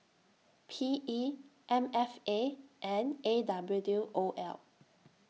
P E M F A and A W O L